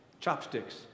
chopsticks